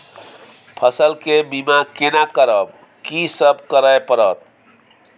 फसल के बीमा केना करब, की सब करय परत?